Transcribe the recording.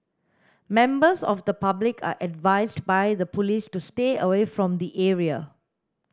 members of the public are advised by the police to stay away from the area